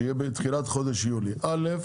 שיהיה בתחילת חודש יולי: א',